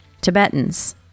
Tibetans